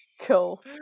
Cool